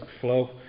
flow